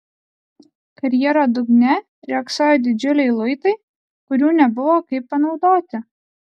karjero dugne riogsojo didžiuliai luitai kurių nebuvo kaip panaudoti